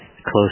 close